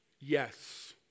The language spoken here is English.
yes